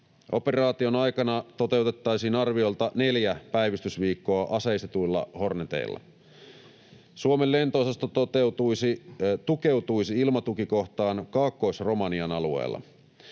Operaation aikana toteutettaisiin arviolta neljä päivystysviikkoa aseistetuilla Horneteilla. Suomen lento-osasto tukeutuisi ilmatukikohtaan Kaakkois-Romanian alueella.